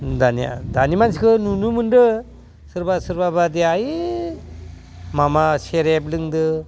दानिया मानसिखौ नुनो मोनदों सोरबा सोरबा बादिया ओइ माबा सेरेब लोंदों